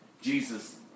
Jesus